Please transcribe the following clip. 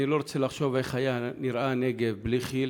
אני לא רוצה לחשוב איך היה נראה הנגב בלי כי"ל,